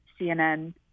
CNN